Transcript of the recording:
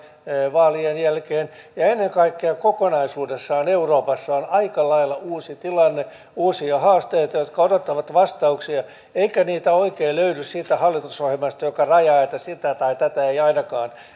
vaalien jälkeen ja ennen kaikkea kokonaisuudessaan euroopassa on aika lailla uusi tilanne uusia haasteita jotka odottavat vastauksia eikä niitä oikein löydy siitä hallitusohjelmasta joka rajaa että siihen tai tähän ei ainakaan